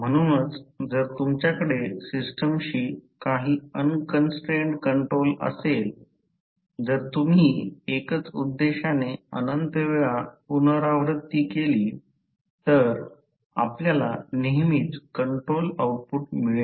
म्हणूनच जर तुमच्याकडे सिस्टमशी काही अन कन्संट्रेन्ड कंट्रोल असेल जर तुम्ही एकच उद्देशाचे अनंत वेळा पुनरावृत्ती केली तर आपल्याला नेहमीच कंट्रोल आउटपुट मिळेल